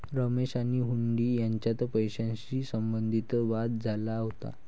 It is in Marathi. रमेश आणि हुंडी यांच्यात पैशाशी संबंधित वाद झाला होता